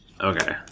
Okay